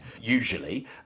usually